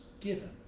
given